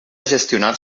gestionar